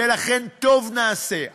ולכן טוב נעשה,